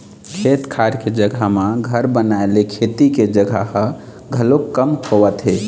खेत खार के जघा म घर बनाए ले खेती के जघा ह घलोक कम होवत हे